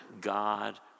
God